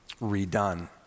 redone